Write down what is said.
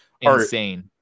insane